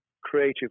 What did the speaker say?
creative